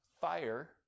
fire